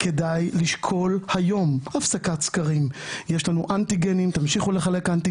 כי קצת קשה להסתכל עלינו.